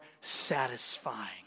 satisfying